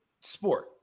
sport